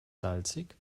salzig